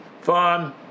fun